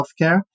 healthcare